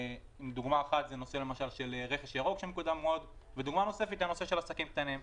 לדוגמא, רכש ירוק שמקודם מאוד, וגם עסקים קטנים.